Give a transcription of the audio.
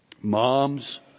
Moms